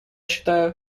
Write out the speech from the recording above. считаю